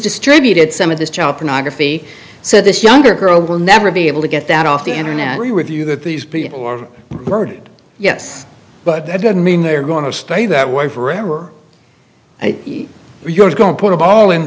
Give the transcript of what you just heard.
distributed some of this child pornography so this younger girl will never be able to get that off the internet are you with you that these people are murdered yes but that doesn't mean they're going to stay that way forever and you're going to put a ball in